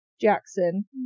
jackson